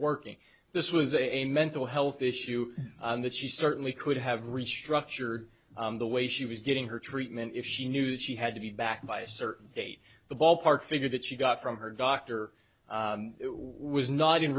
working this was a mental health issue that she certainly could have restructured the way she was getting her treatment if she knew she had to be backed by a certain date the ballpark figure that she got from her doctor was not in